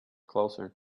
closer